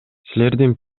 силердин